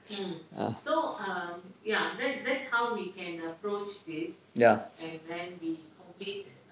ya